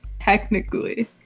technically